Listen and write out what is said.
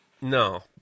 No